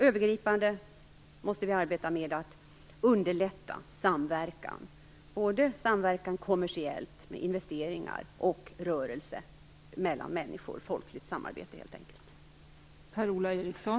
Övergripande måste vi arbeta med att underlätta samverkan, både kommersiellt med investeringar och rörelser mellan människor, helt enkelt folkligt samarbete.